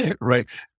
right